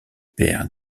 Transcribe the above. père